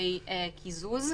לגבי קיזוז.